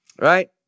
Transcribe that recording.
right